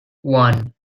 one